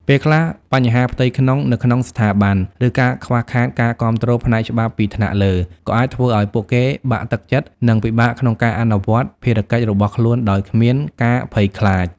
ពេលខ្លះ បញ្ហាផ្ទៃក្នុង នៅក្នុងស្ថាប័ន ឬការខ្វះខាតការគាំទ្រផ្នែកច្បាប់ពីថ្នាក់លើ ក៏អាចធ្វើឲ្យពួកគេបាក់ទឹកចិត្ត និងពិបាកក្នុងការអនុវត្តភារកិច្ចរបស់ខ្លួនដោយគ្មានការភ័យខ្លាច។